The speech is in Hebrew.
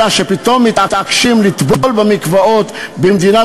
אלא שפתאום מתעקשים לטבול במקוואות במדינת